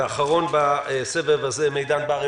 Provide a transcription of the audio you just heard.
אחרון בסבב הזה הוא מידן בר,